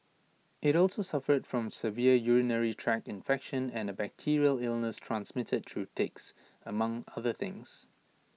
IT also suffered from severe urinary tract infection and A bacterial illness transmitted through ticks among other things